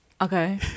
Okay